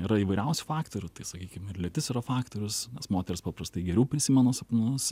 yra įvairiausių faktorių tai sakykim ir lytis yra faktorius nes moterys paprastai geriau prisimena sapnus